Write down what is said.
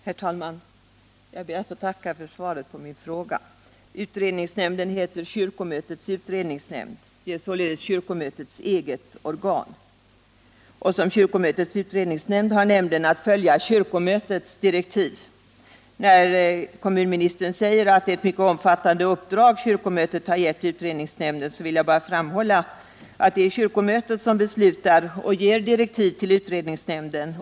Herr talman! Jag ber att få tacka för svaret på min fråga. Utredningsnämnden heter ”kyrkomötets utredningsnämnd”. Den är således kyrkomötets eget organ. Såsom kyrkomötets utredningsnämnd har nämnden att följa kyrkomötets direktiv. När kommunministern säger att det ärett mycket omfattande uppdrag som kyrkomötet har gett utredningsnämnden, vill jag bara framhålla att det är kyrkomötet och inte regeringen som beslutar och ger direktiv till utredningsnämnden.